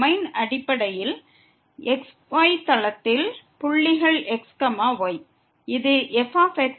domain என்பது அடிப்படையில் புள்ளிகள் x y fx க்காக வரையறுக்கப்பட்ட x y பிளேன்